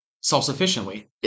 self-sufficiently